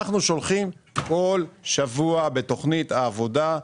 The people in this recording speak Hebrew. אנחנו שולחים בכל שבוע, בתכנית העבודה,